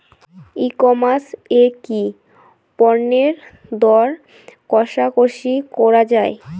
ই commerce এ কি পণ্যের দর কশাকশি করা য়ায়?